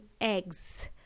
eggs